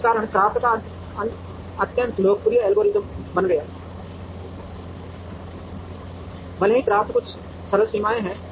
इस कारण CRAFT एक अत्यंत लोकप्रिय एल्गोरिथ्म बन गया भले ही CRAFT की कुछ सरल सीमाएँ हैं